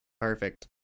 Perfect